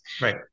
right